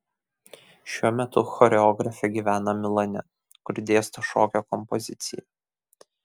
šiuo metu choreografė gyvena milane kur dėsto šokio kompoziciją